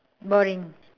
boring